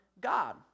God